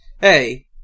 hey